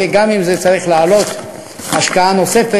וגם אם צריך לזה השקעה נוספת,